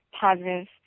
positive